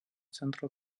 centro